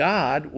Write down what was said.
God